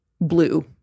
blue